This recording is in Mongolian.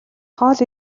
хоол